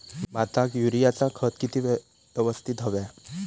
भाताक युरियाचा खत किती यवस्तित हव्या?